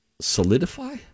solidify